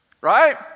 Right